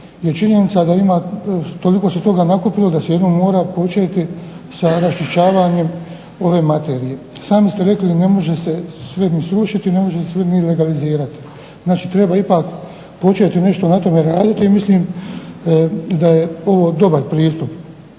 je činjenica da se toliko toga nakupilo da se jednom mora početi sa raščišćavanjem ove materije. Sami ste rekli ne može se sve ni srušiti, ne može se sve ni legalizirati. Znači treba ipak početi nešto na tome raditi i mislim da je ovo dobar pristup.